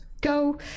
go